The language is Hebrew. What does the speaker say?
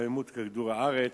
להתחממות כדור-הארץ.